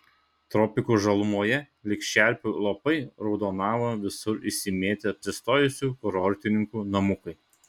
tropikų žalumoje lyg čerpių lopai raudonavo visur išsimėtę apsistojusių kurortininkų namukai